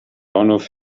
bahnhof